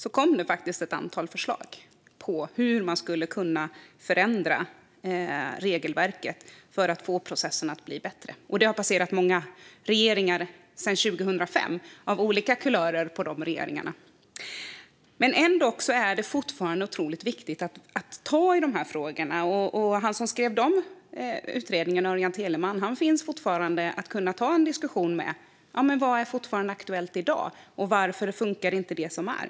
År 2005 kom faktiskt ett antal förslag på hur man skulle kunna förändra regelverket för att göra processen bättre. Det har passerat många regeringar av olika kulörer sedan 2005. Ändock är det fortfarande otroligt viktigt att ta i frågorna. Han som skrev den utredningen, Örjan Teleman, kan man fortfarande ta en diskussion med. Vad är fortfarande aktuellt i dag? Varför fungerar inte det som finns?